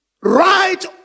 Right